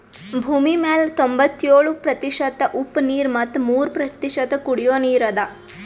ಭೂಮಿಮ್ಯಾಲ್ ತೊಂಬತ್ಯೋಳು ಪ್ರತಿಷತ್ ಉಪ್ಪ್ ನೀರ್ ಮತ್ ಮೂರ್ ಪ್ರತಿಷತ್ ಕುಡಿಯೋ ನೀರ್ ಅದಾ